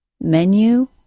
menu